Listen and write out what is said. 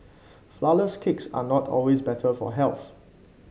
flourless cakes are not always better for health